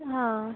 হ্যাঁ